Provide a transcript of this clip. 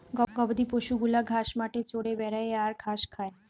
গবাদি পশু গুলা ঘাস মাঠে চরে বেড়ায় আর ঘাস খায়